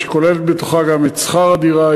שכוללת בתוכה גם את שכר הדירה,